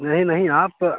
नहीं नहीं आप